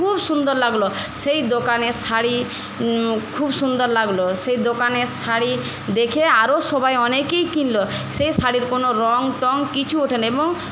খুব সুন্দর লাগলো সেই দোকানে শাড়ি খুব সুন্দর লাগলো সেই দোকানে শাড়ি দেখে আরও সবাই অনেকেই কিনলো সে শাড়ির কোন রঙটঙ কিছু ওঠে না এবং